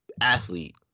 athlete